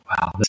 Wow